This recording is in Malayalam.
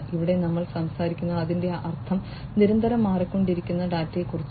ഇവിടെ നമ്മൾ സംസാരിക്കുന്നത് അതിന്റെ അർത്ഥം നിരന്തരം മാറിക്കൊണ്ടിരിക്കുന്ന ഡാറ്റയെക്കുറിച്ചാണ്